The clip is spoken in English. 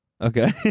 Okay